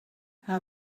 how